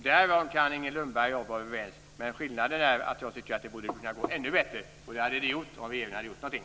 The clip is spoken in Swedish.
Därom kan Inger Lundberg och jag vara överens, men skillnaden är att jag tycker att det borde kunna gå ännu bättre. Det hade det gjort om regeringen hade gjort någonting.